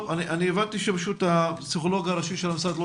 הבנתי שהפסיכולוג הראשי של המשרד לא